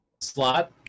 Slot